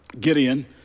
Gideon